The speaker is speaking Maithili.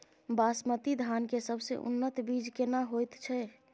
बासमती धान के सबसे उन्नत बीज केना होयत छै?